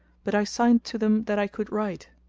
but i signed to them that i could write,